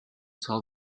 saw